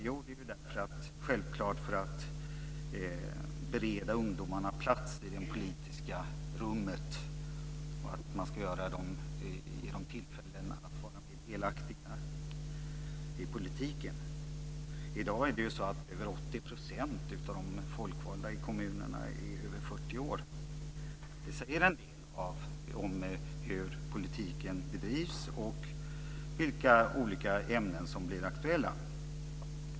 Jo, det är självklart för att bereda ungdomarna plats i det politiska rummet och ge dem tillfällen att vara mer delaktiga i politiken. I dag är över 80 % av de folkvalda i kommunerna över 40 år. Det säger en del om hur politiken bedrivs och vilka olika ämnen som blir aktuella.